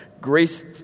grace